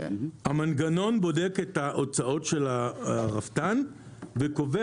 המנגנון בודק את ההוצאות של הרפתן וקובע